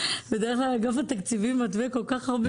בדרך כלל אגף התקציבים מתווה כול כך הרבה קשיים.